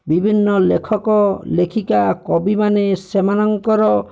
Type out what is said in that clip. ବିଭିନ୍ନ ଲେଖକ ଲେଖିକା କବିମାନେ ସେମାନଙ୍କର